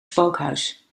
spookhuis